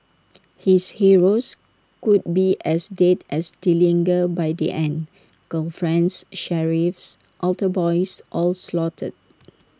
his heroes could be as dead as Dillinger by the end girlfriends sheriffs altar boys all slaughtered